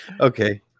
okay